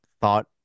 thought